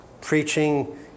Preaching